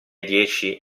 dieci